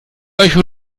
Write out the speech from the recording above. euch